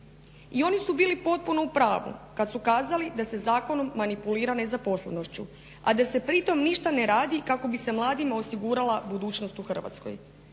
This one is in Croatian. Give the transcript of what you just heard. I oni su bili potpuno u pravu kad su kazali da se zakonom manipulira nezaposlenošću, a da se pritom ništa ne radi kako bi se mladima osigurala budućnost u Hrvatskoj.